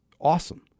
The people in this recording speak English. awesome